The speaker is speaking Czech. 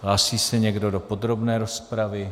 Hlásí se někdo do podrobné rozpravy?